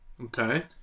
Okay